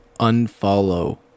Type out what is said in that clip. unfollow